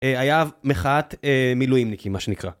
היה מחאת מילואימניקים, מה שנקרא.